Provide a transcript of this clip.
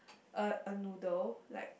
a a noodle like